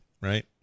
right